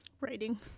writing